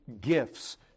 gifts